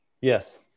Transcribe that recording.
Yes